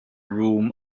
room